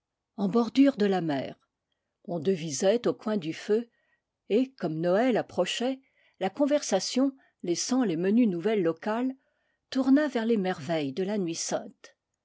en bordure de la mer on devisait au coin du feu et comme noël approchait la con versation laissant les menues nouvelles locales tourna vers les merveilles de la nuit